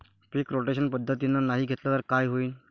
पीक rotation पद्धतीनं नाही घेतलं तर काय होईन?